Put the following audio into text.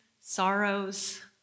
sorrows